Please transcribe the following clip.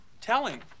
telling